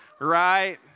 right